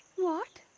what?